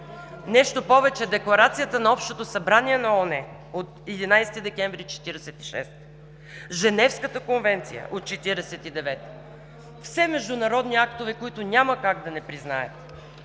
Нещо повече – Декларацията на Общото събрание на ООН от 11 декември 1946 г., Женевската конвенция от 1949 г. – все международни актове, които няма как да не признаем.